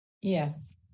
Yes